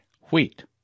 wheat